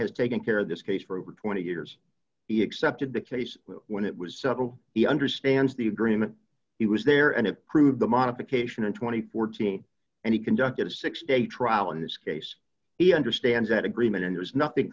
has taken care of this case for over twenty years he accepted the case when it was several he understands the agreement he was there and approved the modification and two thousand and fourteen and he conducted a six day trial in this case he understands that agreement and there's nothing